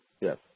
yes